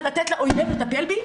אז לתת לאויבים לטפל בי?